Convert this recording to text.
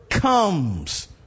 Comes